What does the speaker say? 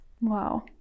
Wow